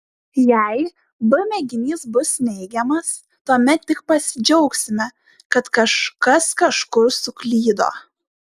jei b mėginys bus neigiamas tuomet tik pasidžiaugsime kad kažkas kažkur suklydo